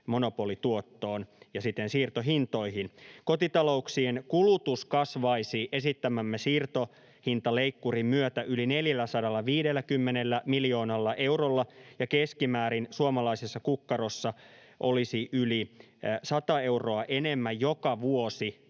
monopolituottoon ja siten siirtohintoihin. Kotitalouksien kulutus kasvaisi esittämämme siirtohintaleikkurin myötä yli 450 miljoonalla eurolla ja keskimäärin suomalaisessa kukkarossa olisi yli 100 euroa enemmän joka vuosi